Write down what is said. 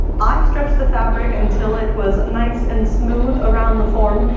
i stretched the fabric until it was nice and smooth around the form,